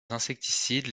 insecticides